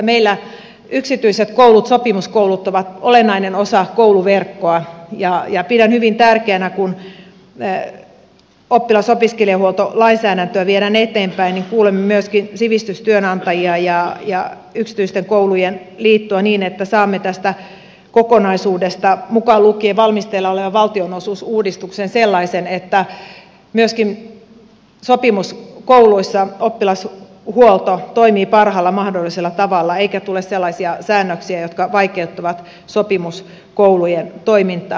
meillä yksityiset koulut sopimuskoulut ovat olennainen osa kouluverkkoa ja pidän hyvin tärkeänä että kun oppilas ja opiskelijahuoltolainsäädäntöä viedään eteenpäin niin kuulemme myöskin sivistystyönantajia ja yksityiskoulujen liittoa niin että saamme tästä kokonaisuudesta mukaan lukien valmisteilla oleva valtionosuusuudistus sellaisen että myöskin sopimuskouluissa oppilashuolto toimii parhaalla mahdollisella tavalla eikä tule sellaisia säännöksiä jotka vaikeuttavat sopimuskoulujen toimintaa